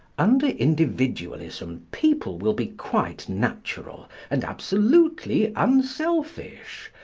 under individualism people will be quite natural and absolutely unselfish,